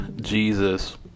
Jesus